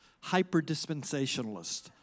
hyper-dispensationalist